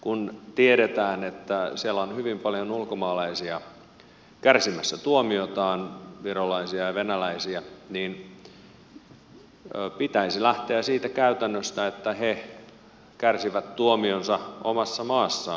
kun tiedetään että siellä on hyvin paljon ulkomaalaisia virolaisia ja venäläisiä kärsimässä tuomiotaan niin pitäisi lähteä siitä käytännöstä että he kärsivät tuomionsa omassa maassaan